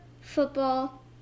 football